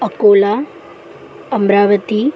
Akola Amravati